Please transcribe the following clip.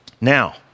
Now